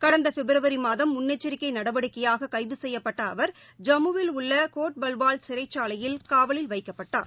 கடந்த பிப்ரவரி மாதம் முன்னெச்சிக்கை நடவடிக்கையாக கைது செய்யப்பட்ட அவர் ஜம்முவில் உள்ள கோட் பல்வால் சிறைச்சாலையில் காவலில் வைக்கப்பட்டார்